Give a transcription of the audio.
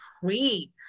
free